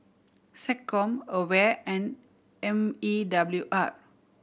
SecCom AWARE and M E W R